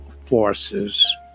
forces